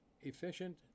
efficient